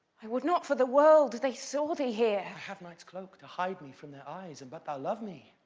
i would not for the world they saw thee here. i have night's cloak to hide me from their eyes and but thou love me,